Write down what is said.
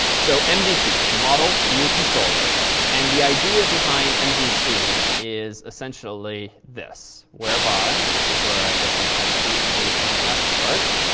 so mvc is model view controller and the idea behind and mvc is essentially this, whereby and this is where i get to kind of cheat and do some ascii art.